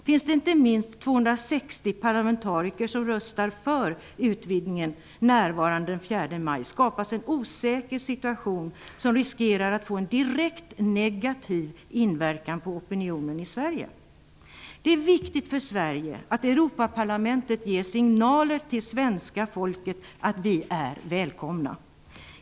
Finns det inte minst 260 parlamentariker som röstar för utvidgningen närvarande den 4 maj, skapas en osäker situation som riskerar att få en direkt negativ inverkan på opinionen i Sverige. Det är viktigt för Sverige att Europaparlamentet ger signaler till svenska folket om att vi är välkomna.